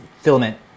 filament